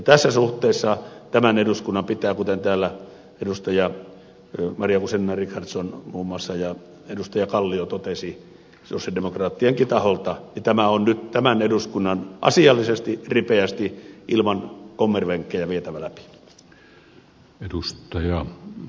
tässä suhteessa tämän eduskunnan pitää kuten täällä muun muassa edustajat maria guzenina richardson ja kallio totesivat sosialidemokraattienkin taholta tämä nyt asiallisesti ripeästi ilman kommervenkkejä viedä läpi